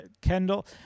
Kendall